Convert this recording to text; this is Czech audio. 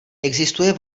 existuje